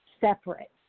separate